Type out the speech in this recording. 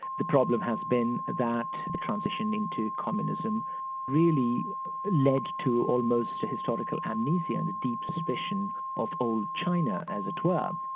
the problem has been that the transition into communism really led to almost historical amnesia, and a deep suspicion of old china, as it were.